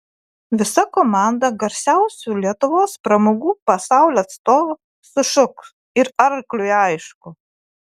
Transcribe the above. visa komanda garsiausių lietuvos pramogų pasaulio atstovų sušuks ir arkliui aišku